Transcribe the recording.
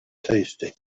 tasty